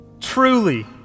truly